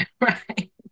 Right